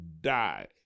die